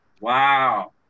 Wow